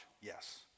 yes